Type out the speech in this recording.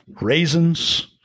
Raisins